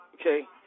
okay